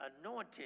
anointed